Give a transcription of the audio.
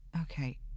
Okay